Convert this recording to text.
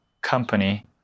company